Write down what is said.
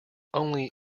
only